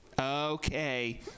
okay